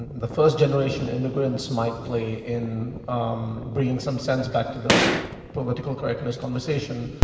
the first generation immigrants might play in bringing some sense back to the political correctness conversation,